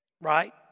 Right